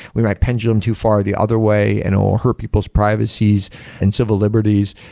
we might pendulum too far the other way and um hurt people's privacies and civil liberties.